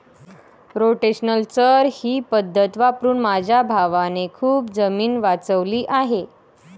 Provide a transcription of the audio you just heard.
rotational चर ही पद्धत वापरून माझ्या भावाने खूप जमीन वाचवली आहे